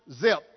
zip